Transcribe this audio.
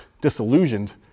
disillusioned